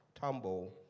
tumble